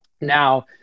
Now